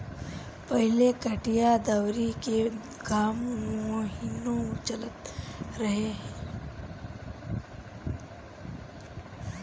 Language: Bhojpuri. पहिले कटिया दवरी के काम महिनो चलत रहे